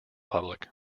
public